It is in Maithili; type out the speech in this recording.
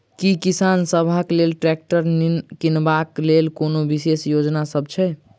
की किसान सबहक लेल ट्रैक्टर किनबाक लेल कोनो विशेष योजना सब छै?